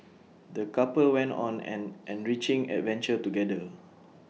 the couple went on an enriching adventure together